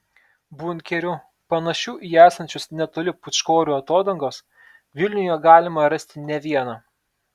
bunkerių panašių į esančius netoli pūčkorių atodangos vilniuje galima rasti ne vieną